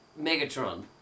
Megatron